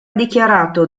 dichiarato